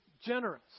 generous